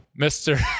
Mr